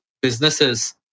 businesses